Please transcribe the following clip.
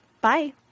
Bye